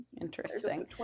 interesting